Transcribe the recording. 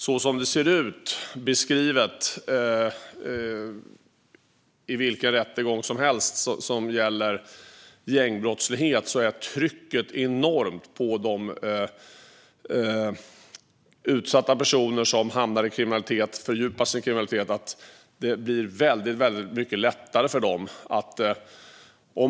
Så som det ser ut nu, beskrivet i vilken rättegång som helst som gäller gängbrottslighet, är trycket enormt på de utsatta personer som hamnar i kriminalitet att fördjupa sin kriminalitet. Utökade kontroll och stödmöjligheter avse-ende skyddstillsyns-dömda Det blir väldigt mycket lättare för dem med vistelseförbud.